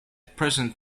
present